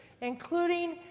including